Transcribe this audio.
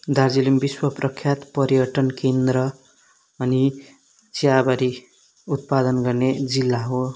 दार्जिलिङ विश्व प्रख्यात पर्यटन केन्द्र अनि चियाबारी उत्पादन गर्ने जिल्ला हो